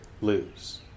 lose